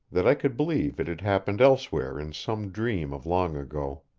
that i could believe it had happened elsewhere in some dream of long ago.